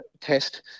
test